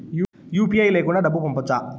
UPI లేకుండా డబ్బు పంపొచ్చా